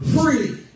free